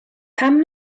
pam